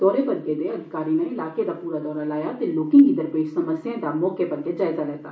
दौरे पर गेदे अधिकारी नै इलाके दा पूरा दौरा लाया ते लोकें गी दरपेश समस्याएं दा मौके पर जायजा लैा